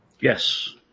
Yes